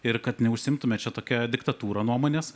ir kad neužsiimtume čia tokia diktatūra nuomonės